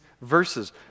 verses